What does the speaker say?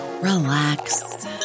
relax